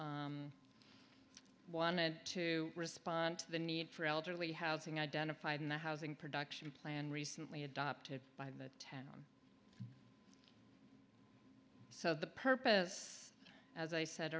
wanted to respond to the need for elderly housing identified in the housing production plan recently adopted by the town so the purpose as i said